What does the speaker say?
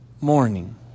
morning